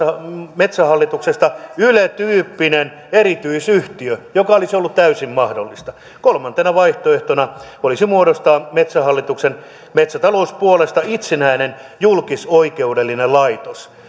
metsähallituksesta yle tyyppinen erityisyhtiö mikä olisi ollut täysin mahdollista kolmantena vaihtoehtona olisi muodostaa metsähallituksen metsätalouspuolesta itsenäinen julkisoikeudellinen laitos